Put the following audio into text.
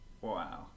Wow